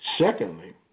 Secondly